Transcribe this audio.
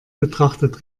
betrachtet